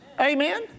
Amen